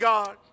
God